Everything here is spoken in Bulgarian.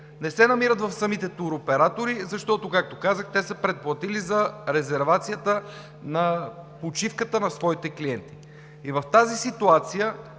не се намират в самите туроператори, защото, както казах, те са предплатили резервацията за почивката на своите клиенти и реално в тази ситуация